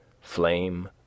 flame